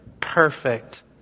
perfect